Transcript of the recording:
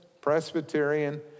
Presbyterian